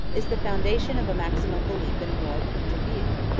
is the foundation of a maxim of belief in a moral point of view,